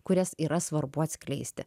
kurias yra svarbu atskleisti